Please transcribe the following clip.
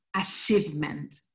achievement